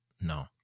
No